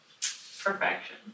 Perfection